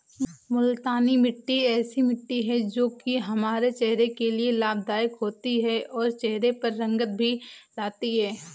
मूलतानी मिट्टी ऐसी मिट्टी है जो की हमारे चेहरे के लिए लाभदायक होती है और चहरे पर रंगत भी लाती है